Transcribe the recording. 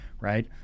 right